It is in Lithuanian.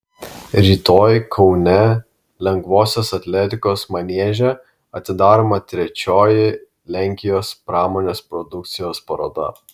rytoj kaune lengvosios atletikos manieže atidaroma trečioji lenkijos pramonės produkcijos paroda